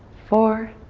four.